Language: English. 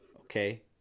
okay